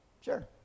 Sure